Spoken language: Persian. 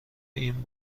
این